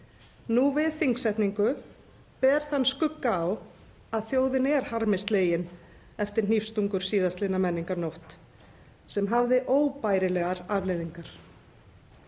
Nú við þingsetningu ber þann skugga á að þjóðin er harmi slegin eftir hnífsstungu síðastliðna Menningarnótt sem hafði óbærilegar afleiðingar.